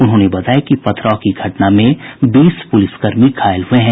उन्होंने बताया कि पथराव की घटना में बीस पुलिसकर्मी घायल हुये हैं